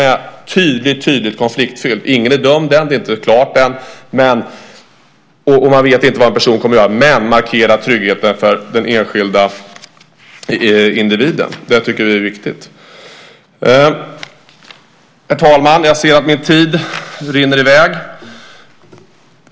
Även om ingen ännu är dömd, även om det ännu inte är klart och man inte vet vad personen kommer att göra måste ändå tryggheten för den enskilda individen markeras. Det tycker vi är viktigt. Herr talman! Jag ser att min talartid rinner i väg.